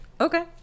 Okay